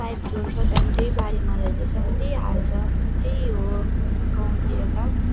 pipe जोड्छ त्यहाँदेखि त्यही बारीमा लगाउँछ अनि त्यही हाल्छ त्यही हो गाउँतिर त